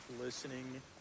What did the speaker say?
listening